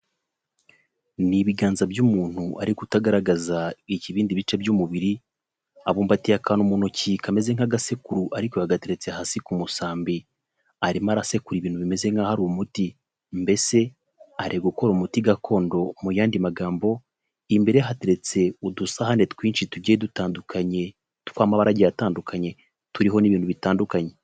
Ni ibiganza by'umuntu ariko utagaragaza ibindi bice by'umubiri, abumbatiye akantu mutoki kameze nk'agasekuru ariko yagateretse hasi ku musambi arimo arasekura ibintu bimeze nk'aho ari umuti, mbese ari gukora umuti gakondo mu yandi magambo, imbere hateretse udusahane twinshi tugiye dutandukanye tw'amabara agiye atandukanye turiho n'ibintu bitandukanye.